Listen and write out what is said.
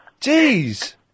Jeez